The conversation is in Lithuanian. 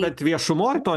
bet viešumoj to